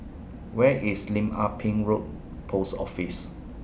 Where IS Lim Ah Pin Road Post Office